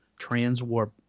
transwarp